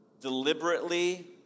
deliberately